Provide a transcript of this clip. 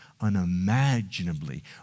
unimaginably